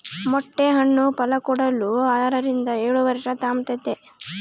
ಮೊಟ್ಟೆ ಹಣ್ಣು ಫಲಕೊಡಲು ಆರರಿಂದ ಏಳುವರ್ಷ ತಾಂಬ್ತತೆ